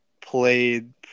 played